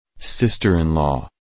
Sister-in-law